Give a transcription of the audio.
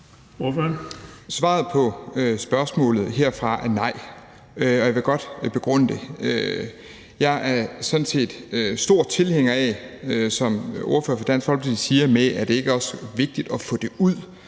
Svaret på spørgsmålet er herfra nej, og jeg vil godt begrunde det. Jeg er sådan set stor tilhænger af, som ordføreren for Dansk Folkeparti siger, at det også er vigtigt at få det uden